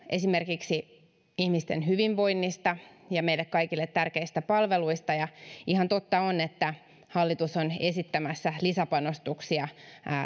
esimerkiksi ihmisten hyvinvoinnista ja meille kaikille tärkeistä palveluista ja ihan totta on että hallitus on esittämässä lisäpanostuksia